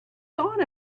thought